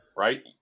right